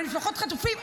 על משפחות חטופים?